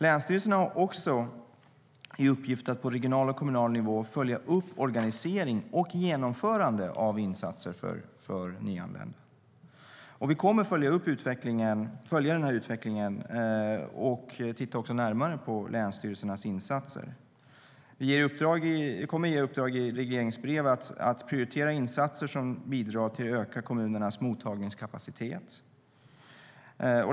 Länsstyrelserna har också i uppgift att på regional och kommunal nivå följa upp organisering och genomförande av insatser för nyanlända. Vi kommer att följa utvecklingen och titta närmare på länsstyrelsernas insatser. Vi kommer i regleringsbrev att ge länsstyrelserna i uppdrag att prioritera insatser som bidrar till att öka kommunernas mottagningskapacitet.